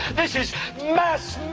this is mass